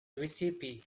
recipe